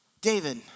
David